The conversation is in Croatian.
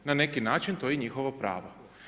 Na neki način to je njihovo pravo.